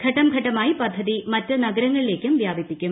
ഘട്ടം ഘട്ടമായി പദ്ധതി മറ്റ് നഗരങ്ങളിലേയ്ക്ക് വ്യാപിപ്പിക്കും